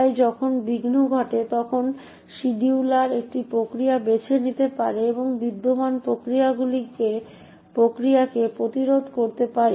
তাই যখন বিঘ্ন ঘটে তখন শিডিয়ুলার একটি প্রক্রিয়া বেছে নিতে পারে এবং বিদ্যমান প্রক্রিয়াটিকে প্রতিরোধ করতে পারে